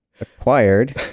acquired